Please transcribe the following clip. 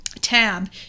tab